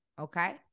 okay